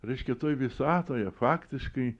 reiškia toj visatoje faktiškai